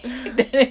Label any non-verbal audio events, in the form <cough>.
<breath>